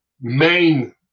main